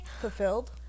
fulfilled